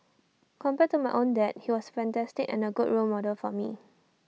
compared to my own dad he was fantastic and A good role model for me